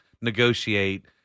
negotiate